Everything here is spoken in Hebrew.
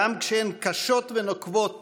גם כשהן קשות ונוקבות